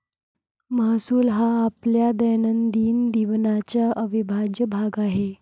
महसूल हा आपल्या दैनंदिन जीवनाचा अविभाज्य भाग आहे